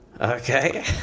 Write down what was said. Okay